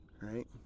Right